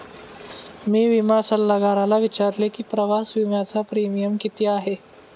मी विमा सल्लागाराला विचारले की प्रवास विम्याचा प्रीमियम किती आहे?